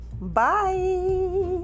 Bye